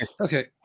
Okay